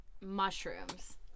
mushrooms